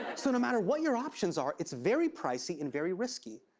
so no matter what your options are, it's very pricey and very risky,